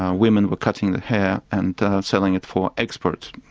ah women were cutting their hair and selling it for export.